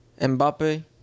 Mbappe